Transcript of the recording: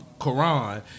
Quran